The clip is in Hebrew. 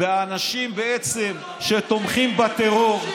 באנשים שתומכים בטרור,